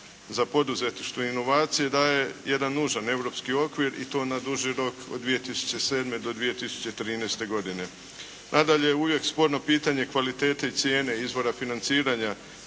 za poduzetništvo i inovacije daje jedan nužan europski okvir i to na duži rok od 2007. do 2013. godine. Nadalje je uvijek sporno pitanje kvalitete i cijene izvora financiranja